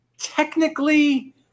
Technically